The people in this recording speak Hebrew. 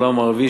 בעולם המערבי,